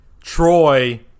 Troy